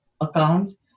accounts